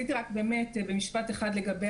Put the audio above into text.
משפט אחד לגבי